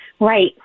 Right